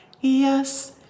Yes